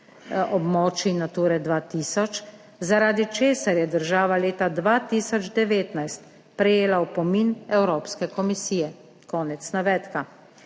območij Nature 2000, zaradi česar je država leta 2019 prejela opomin Evropske komisije.« - konec navedka.